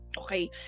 Okay